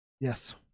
Yes